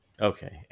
Okay